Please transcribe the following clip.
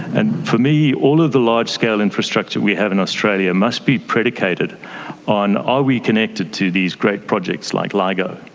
and for me, all of the large-scale infrastructure we have in australia must be predicated on are we connected to these great projects like ligo,